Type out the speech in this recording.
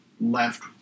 left